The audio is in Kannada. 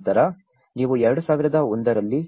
ನಂತರ ನೀವು 2001 ರಲ್ಲಿ